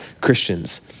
Christians